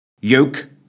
Yoke